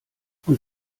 und